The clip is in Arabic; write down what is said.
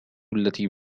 التي